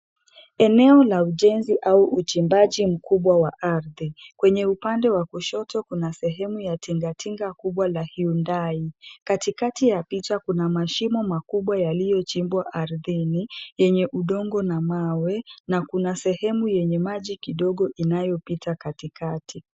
Eneo la ujenzi au uchimbaji mkubwa wa ardhi. Kwenye upande wa kushoto kuna sehemu ya tingatinga kubwa la hyundai. Katikati ya picha, kuna mashimo makubwa yaliyochimbwa ardhini yenye udongo na mawe na kuna sehemu yenye maji kidogo inayopita katikati.